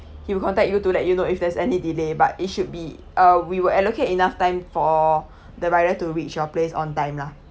you will contact you to let you know if there's any delay but it should be uh we will allocate enough time for the rider to reach your place on time lah